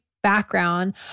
background